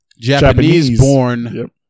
Japanese-born